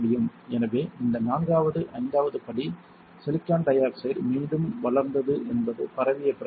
எனவே இந்த நான்காவது ஐந்தாவது படி சிலிக்கான் டை ஆக்சைடு மீண்டும் வளர்ந்தது என்பது பரவிய பிறகு அல்லவா